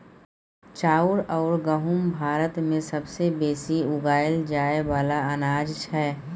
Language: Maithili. चाउर अउर गहुँम भारत मे सबसे बेसी उगाएल जाए वाला अनाज छै